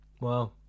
Wow